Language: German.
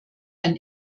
ein